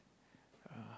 uh